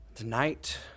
Tonight